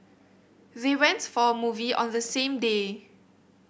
they went for a movie on the same day